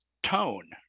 tone